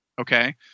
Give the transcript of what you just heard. Okay